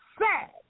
sad